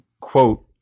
quote